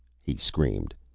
he screamed.